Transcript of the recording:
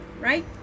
right